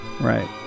Right